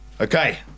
Okay